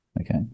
okay